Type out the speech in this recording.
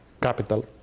capital